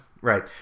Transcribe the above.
Right